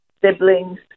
siblings